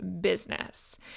business